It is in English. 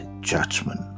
judgment